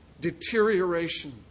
deterioration